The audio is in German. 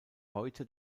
heute